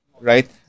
right